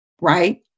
right